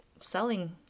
selling